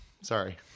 Sorry